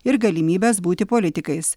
ir galimybes būti politikais